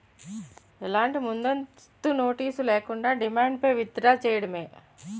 ఎలాంటి ముందస్తు నోటీస్ లేకుండా, డిమాండ్ పై విత్ డ్రా చేయడమే